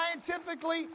Scientifically